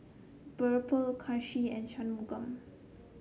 BirbaL Kanshi and Shunmugam